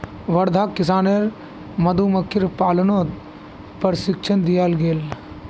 वर्धाक किसानेर मधुमक्खीर पालनत प्रशिक्षण दियाल गेल